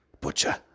Butcher